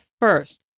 first